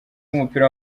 b’umupira